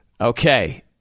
Okay